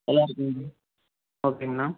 எல்லாம் இருக்குதுங்களா ஓகேங்கண்ணா